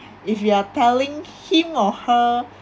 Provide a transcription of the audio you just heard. if you are telling him or her